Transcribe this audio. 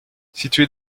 situé